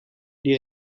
die